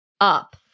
up